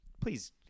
please